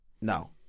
no